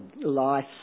life